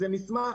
זה מסמך